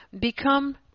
become